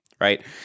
right